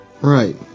Right